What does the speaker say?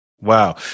Wow